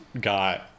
Got